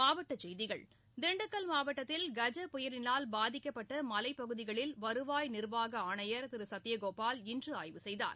மாவட்டச் செய்திகள் திண்டுக்கல் மாவட்டத்தில் கஜ புயலிளால் பாதிக்கப்பட்ட மலைப் பகுதிகளில் வருவாய் நிர்வாக ஆணையர் திரு சத்தியகோபால் இன்று ஆய்வு செய்தார்